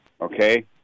Okay